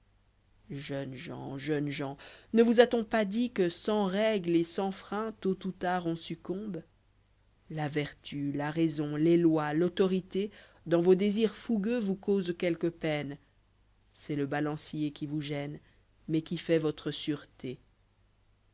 jeunes gens jeunes gens ne vous a-t-on pas dit que sans règle et sans frein tôt ou tard on succombe la vertu la raison les lois l'autorité dans vos désirs fougueux vous causent quelque peine c'est le balancier qui vous gêne mais qui fait votre sûreté